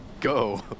go